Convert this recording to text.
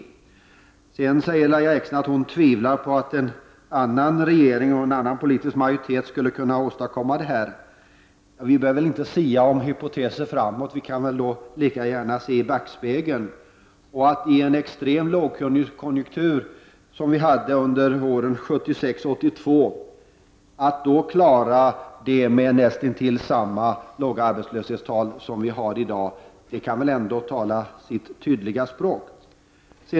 Lahja Exner sade att hon tvivlar på att en annan regering och en annan politisk majoritet skulle kunna åstadkomma någonting bättre. Vi behöver väl inte sia om framtiden, utan vi kan lika gärna se i backspegeln. Att man i den extrema lågkonjunktur som vi hade åren 1976—1982 kunde klara dessa uppgifter med näst intill lika låga arbetslöshetstal som vi har i dag talar väl sitt tydliga språk.